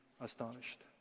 astonished